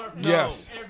Yes